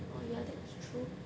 oh ya that's true